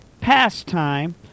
pastime